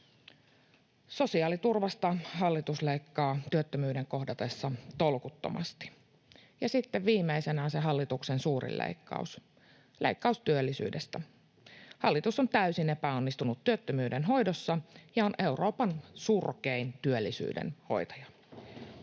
Sosiaaliturvasta hallitus leikkaa työttömyyden kohdatessa tolkuttomasti. Ja sitten viimeisenä on se hallituksen suurin leikkaus: leikkaus työllisyydestä. Hallitus on täysin epäonnistunut työttömyyden hoidossa ja on Euroopan surkein työllisyyden hoitaja,